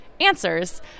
answers